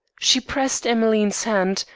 she pressed emmeline's hand,